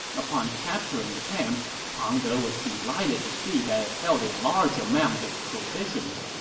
upon capturing the camp, pang de was delighted to see that it held a large amount of provisions,